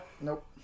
Nope